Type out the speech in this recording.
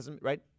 Right